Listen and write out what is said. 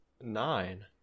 Nine